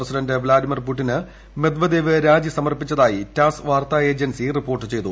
president Vladimir പൂടിന് Medvedev രാജി സമർപ്പിച്ചതായി ടാസ് വാർത്താ ഏജൻസി റിപ്പോർട്ട് ചെയ്തു